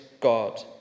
God